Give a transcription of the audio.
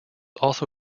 also